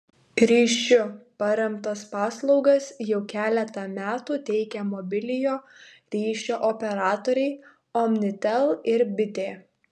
ryšiu paremtas paslaugas jau keletą metų teikia mobiliojo ryšio operatoriai omnitel ir bitė